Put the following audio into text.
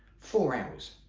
four hours.